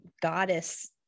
goddess